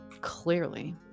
Clearly